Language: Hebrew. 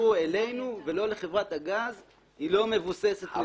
שיתקשרו אלינו ולא לחברת הגז היא לא מבוססת נתונים.